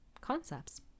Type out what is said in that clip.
concepts